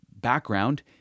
background